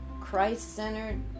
Christ-centered